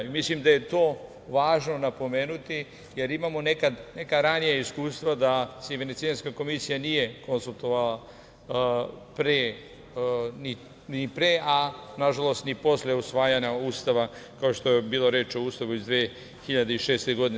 Mislim da je to važno napomenuti, jer imamo neka ranija iskustva da se i Venecijanska komisija nije konsultovala ni pre, a nažalost ni posle usvajanja Ustava, kao što je bila reč o Ustavu iz 2006. godine.